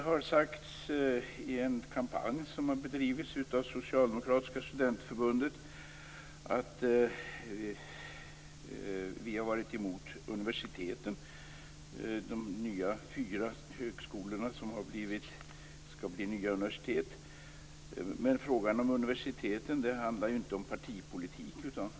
I en kampanj som har bedrivits av Socialdemokratiska studentförbundet har det sagts att vi moderater har varit emot att fyra nya högskolor skall bli nya universitet. Men frågan om universiteten handlar inte om partipolitik.